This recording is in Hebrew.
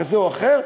כזאת או אחרת,